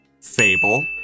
Fable